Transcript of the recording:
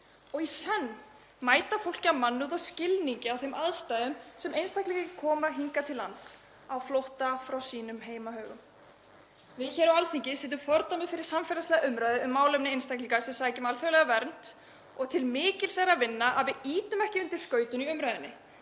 og í senn mæta fólki af mannúð og skilningi á þeim aðstæðum sem einstaklingar eru í sem koma hingað til lands á flótta frá sínum heimahögum. Við hér á Alþingi setjum fordæmi fyrir samfélagslega umræðu um málefni einstaklinga sem sækja um alþjóðlega vernd og til mikils er að vinna að við ýtum ekki undir skautun í umræðunni,